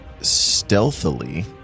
stealthily